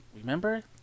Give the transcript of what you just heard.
remember